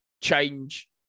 change